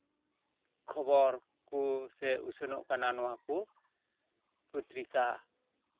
ᱠᱷᱚᱵᱚᱨ ᱠᱚ ᱥᱮ ᱩᱪᱷᱟᱹᱱᱚᱜ ᱠᱟᱱᱟ ᱱᱚᱣᱟ ᱠᱚ ᱯᱚᱛᱨᱤᱠᱟ